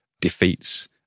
defeats